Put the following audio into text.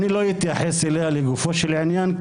אני לא אתייחס אליה לגופו של עניין,